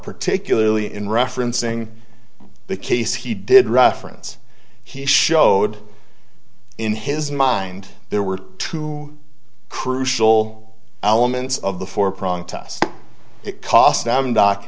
particularly in referencing the case he did reference he showed in his mind there were two crucial elements of the four prong it cost them doc